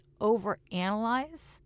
overanalyze